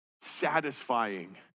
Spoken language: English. satisfying